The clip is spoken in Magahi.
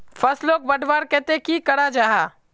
फसलोक बढ़वार केते की करा जाहा?